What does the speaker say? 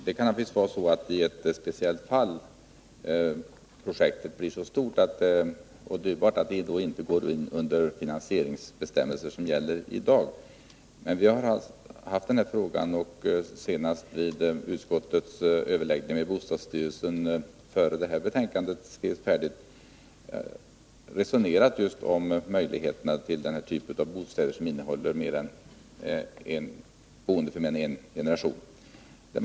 Fru talman! I ett speciellt fall kan ju projektet bli så stort och dyrt att det inte går in under de finansieringsbestämmelser som gäller i dag. Innan det här betänkandet blev färdigt hade utskottet överläggningar med bostadsstyrelsen, och vi resonerade då om möjligheten att bygga bostäder för flergenerationsboende.